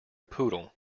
poodle